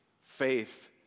faith